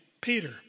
Peter